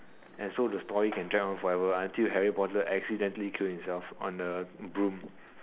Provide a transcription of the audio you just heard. and so the story can drag on forever until Harry Potter accidentally kill himself on the broom